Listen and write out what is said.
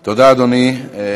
תודה, אדוני.